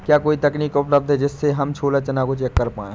क्या कोई तकनीक उपलब्ध है जिससे हम छोला चना को चेक कर पाए?